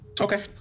Okay